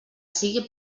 sigui